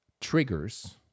triggers